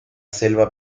selva